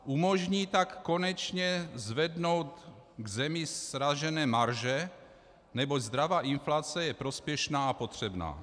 Umožní tak konečně zvednout v zemi sražené marže, neboť zdravá inflace je prospěšná a potřebná.